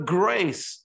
grace